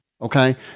Okay